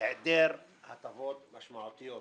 להיעדר הטבות משמעותיות